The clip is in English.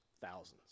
Thousands